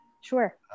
Sure